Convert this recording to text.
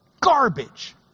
Garbage